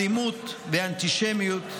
לאלימות ולאנטישמיות,